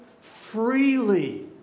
Freely